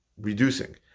reducing